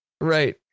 Right